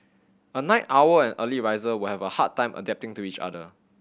a night owl and early riser will have a hard time adapting to each other